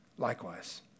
Likewise